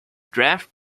draft